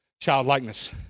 childlikeness